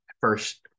first